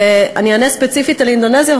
ואני אענה ספציפית על אינדונזיה,